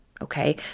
Okay